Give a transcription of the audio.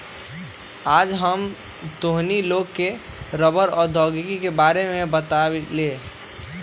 आज हम तोहनी लोग के रबड़ प्रौद्योगिकी के बारे में बतईबो